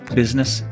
business